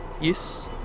Yes